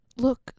Look